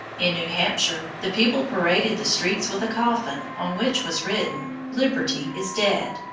in new hampshire, the people paraded the streets with a coffin on which was written, liberty is dead.